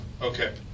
okay